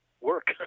work